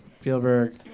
Spielberg